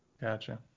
Gotcha